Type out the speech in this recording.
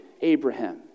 Abraham